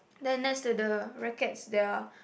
then next to the rackets there are